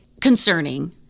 concerning